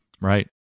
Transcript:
Right